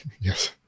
Yes